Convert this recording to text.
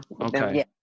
Okay